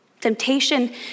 Temptation